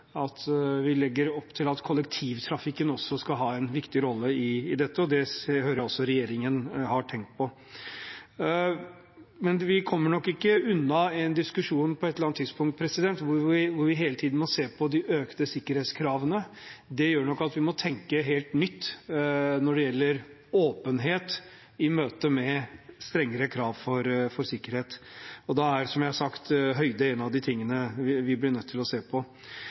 vi legger opp til at kollektivtrafikken også skal ha en viktig rolle i dette, og det hører jeg at også regjeringen har tenkt på. Men vi kommer nok ikke unna en diskusjon på et eller annet tidspunkt hvor vi hele tiden må se på de økte sikkerhetskravene. Det gjør nok at vi må tenke helt nytt når det gjelder åpenhet i møtet med strengere krav til sikkerhet. Da er, som jeg har sagt, høyde en av de tingene vi blir nødt til å se på.